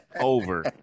over